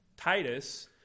Titus